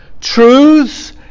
truths